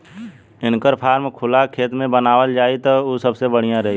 इनकर फार्म खुला खेत में बनावल जाई त उ सबसे बढ़िया रही